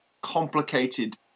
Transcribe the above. complicated